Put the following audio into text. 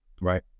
right